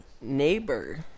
neighbor